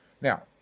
Now